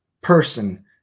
person